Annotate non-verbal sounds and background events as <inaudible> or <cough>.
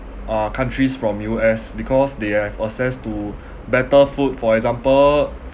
uh countries from U_S because they have access to <breath> better food for example